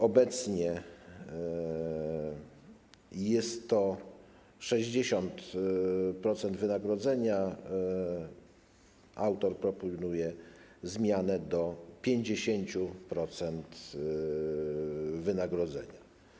Obecnie jest to 60% wynagrodzenia, natomiast autor proponuje zmianę do 50% wynagrodzenia.